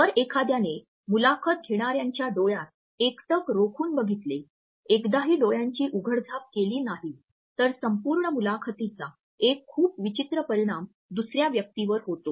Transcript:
जर एखाद्याने मुलाखत घेणाऱ्यांच्या डोळ्यात एकटक रोखून बघितले एकदाही डोळ्याची उघडझाप केली नाही तर संपूर्ण मुलाखतीचा एक खूप विचित्र परिणाम दुसऱ्या व्यक्तीवर होते